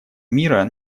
мира